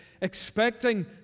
expecting